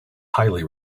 highly